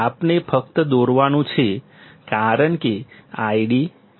આપણે ફક્ત દોરવાનું છે કારણ કે આ ID છે